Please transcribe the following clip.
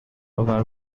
آور